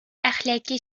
әхлакый